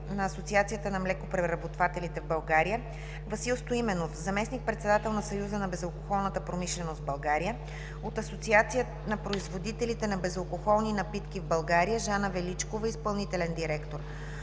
на Асоциацията на млекопреработвателите в България; Васил Стоименов – заместник-председател на Съюза на безалкохолната промишленост в България; от Асоциация на производителите на безалкохолни напитки в България: Жана Величкова – изпълнителен директор;